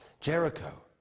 Jericho